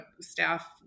staff